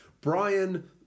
Brian